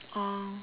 oh